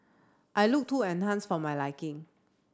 I looked too enhanced for my liking